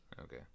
Okay